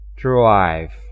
drive